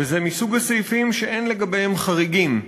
וזה מסוג הסעיפים שאין לגביהם חריגים,